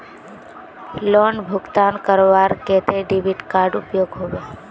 Loan भुगतान करवार केते डेबिट कार्ड उपयोग होबे?